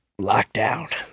lockdown